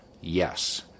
Yes